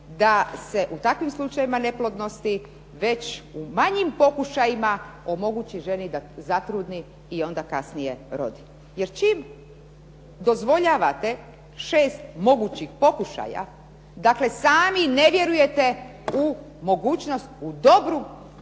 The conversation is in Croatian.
da se u takvim slučajevima neplodnosti već u manjim pokušajima omogući ženi da zatrudni i onda kasnije rodi. Jer čim dozvoljavate šest mogućih pokušaja, dakle sami ne vjerujete u mogućnost, u dobru mogućnost